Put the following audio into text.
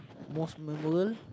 most memorable